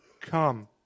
come